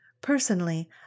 Personally